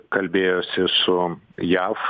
kalbėjosi su jav